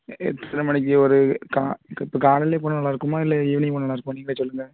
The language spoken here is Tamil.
எ எத்தனை மணிக்கு ஒரு கா இப்போ காலையிலே போனால் நல்லாயிருக்குமா இல்லை ஈவினிங் போனால் நல்லாயிருக்குமா நீங்களே சொல்லுங்க